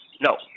No